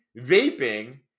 vaping